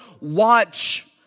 watch